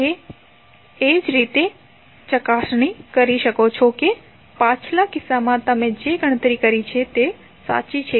તો આ રીતે તમે ચકાસણી કરી શકો છો કે પાછલા કિસ્સામાં તમે જે કંઇ ગણતરી કરી છે તે સાચી છે